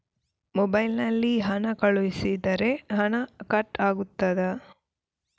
Mobile ನಲ್ಲಿ ಹಣ ಕಳುಹಿಸಿದರೆ ಹಣ ಕಟ್ ಆಗುತ್ತದಾ?